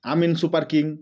Amin super king